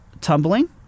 tumbling